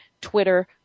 Twitter